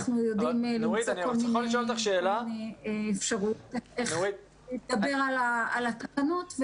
אנחנו יודעים למצוא כל מיני אפשרויות איך להתגבר על התקנות,